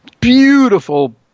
beautiful